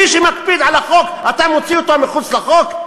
מי שמקפיד על החוק, אתה מוציא אותו מחוץ לחוק?